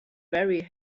very